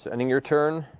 ending your turn.